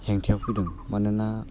हेंथायाव फैदों मानोना